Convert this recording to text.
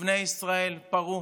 "ובני ישראל פרו